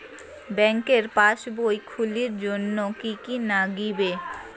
ব্যাঙ্কের পাসবই খুলির জন্যে কি কি নাগিবে?